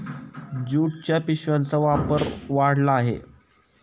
ज्यूटच्या पिशव्यांचा वापर वाढला आहे